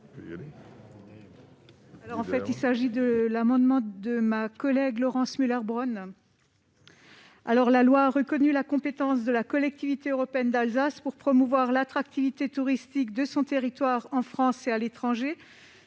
Drexler. Il s'agit d'un amendement de ma collègue Laurence Muller-Bronn. La loi du 2 août 2019 a reconnu la compétence de la Collectivité européenne d'Alsace (CEA) pour promouvoir l'attractivité touristique de son territoire en France et à l'étranger,